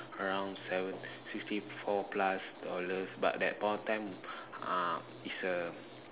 around seven sixty four plus dollars but that point of time ah is a